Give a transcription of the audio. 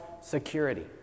security